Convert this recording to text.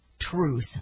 truth